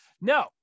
No